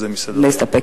להסיר.